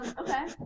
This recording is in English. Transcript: okay